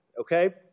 okay